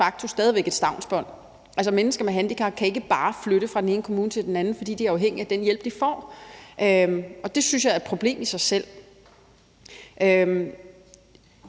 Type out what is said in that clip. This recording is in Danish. facto stadig væk et stavnsbånd. Mennesker med handicap kan ikke bare flytte fra den ene kommune til den anden, fordi de er afhængige af den hjælp, de får, og det synes jeg er et problem i sig selv.